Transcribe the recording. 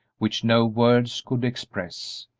which no words could express.